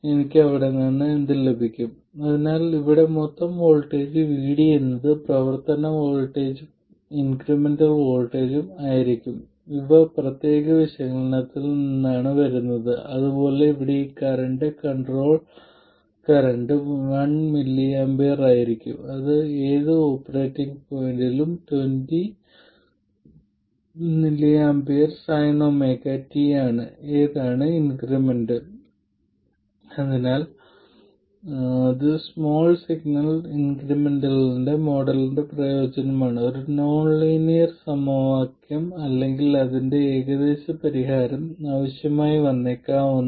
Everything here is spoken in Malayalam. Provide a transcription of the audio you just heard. ഈ I1 വേഴ്സസ് V1 ഈ കർവുകൾ വലിയ സിഗ്നൽ കർവുകൾ എന്ന് അറിയപ്പെടുന്നു ഇത് വലിയ സിഗ്നലാണ് കാരണം ഇത് ചെറിയ സിഗ്നലല്ല ചെറിയ സിഗ്നൽ ഓപ്പറേറ്റിംഗ് പോയിന്റിന് ചുറ്റുമുള്ള ചെറിയ ഇൻക്രിമെന്റുകളെ സൂചിപ്പിക്കുന്നു വലിയ സിഗ്നൽ മൊത്തം സ്വഭാവത്തെ സൂചിപ്പിക്കുന്നു